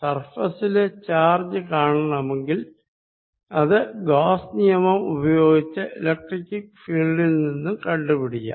സർഫേസിലെ charge കാണണമെങ്കിൽ അത് Gauss നിയമം ഉപയോഗിച്ച് ഇലക്ട്രിക്ക് ഫീൽഡിൽ നിന്നും കണ്ടു പിടിക്കാം